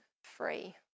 free